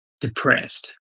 depressed